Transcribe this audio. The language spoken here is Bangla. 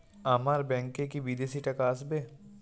আমার ব্যংকে কি বিদেশি টাকা আসবে?